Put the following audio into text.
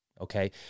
okay